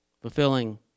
fulfilling